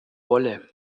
wolle